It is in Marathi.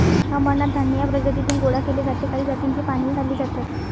अमरनाथ धान्य या प्रजातीतून गोळा केले जाते काही जातींची पानेही खाल्ली जातात